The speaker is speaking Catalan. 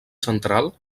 central